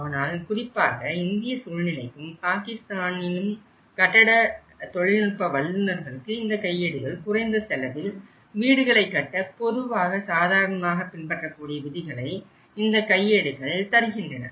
ஆனால் குறிப்பாக இந்திய சூழ்நிலைக்கும் பாகிஸ்தானிலும் கட்டட தொழில்நுட்ப வல்லுநர்ளுக்கு குறைந்த செலவில் வீடுகளை கட்ட பொதுவாக சாதாரணமாக பின்பற்றக்கூடிய விதிகளை இந்த கையேடுகள் தருகின்றன